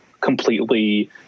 completely